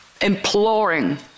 imploring